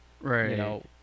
Right